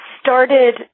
started